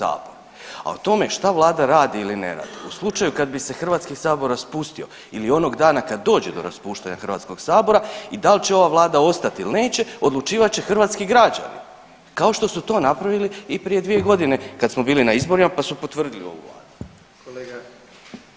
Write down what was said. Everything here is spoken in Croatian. A o tome šta Vlada radi ili ne radi, u slučaju kad bi se Hrvatski sabor raspusio ili onog dana kad dođe do raspuštanja HS-a i da li će ova Vlada ostati ili neće, odlučivat će hrvatski građani, kao što su to napravili i prije 2 godine kad smo bili na izborima pa su potvrdili ovu Vladu.